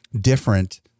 different